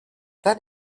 that